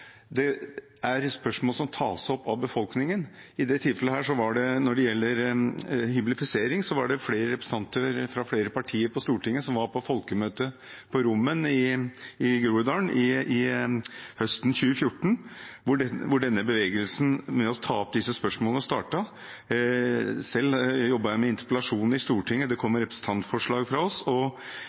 befolkningen. Når det gjelder hyblifisering, var det flere representanter fra flere partier på Stortinget som var på folkemøte på Rommen i Groruddalen høsten 2014, hvor bevegelsen med å ta opp disse spørsmålene startet. Selv jobbet jeg med interpellasjon i Stortinget, det kom representantforslag fra oss,